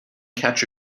catch